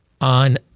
on